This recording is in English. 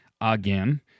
again